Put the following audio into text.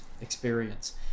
experience